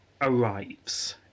arrives